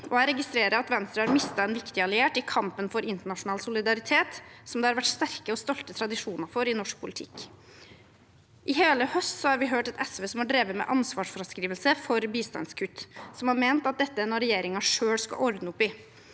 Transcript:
jeg registrerer at Venstre har mistet en viktig alliert i kampen for internasjonal solidaritet, som det har vært sterke og stolte tradisjoner for i norsk politikk. I hele høst har vi hørt et SV som har drevet med ansvarsfraskrivelse for bistandskutt, som har ment at dette er noe regjeringen selv skulle ordne opp i,